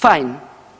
Fine!